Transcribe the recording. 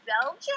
Belgium